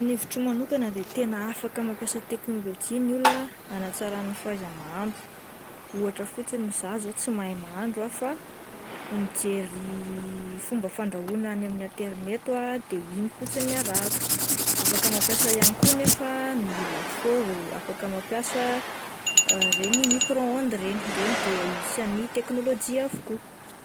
Ny hevitro manokana dia tena afaka mampiasa teknôlojia ny olona anatsarany ny fahaiza-mahandro ohatra fotsiny zah zao tsy mahay mahadro aho fa mijery fomba fandrahoana any amin'ny aterineto aho de iny fotsiny no arahako, afaka mampiasa ihany koa nefa ny lafaoro, afaka mampiasa ireny micro-onde ireny, ireny de isan'ny teknôlojia avokoa.